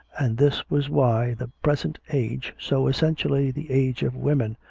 and this was why the present age, so essentially the age of women,